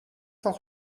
cent